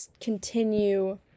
continue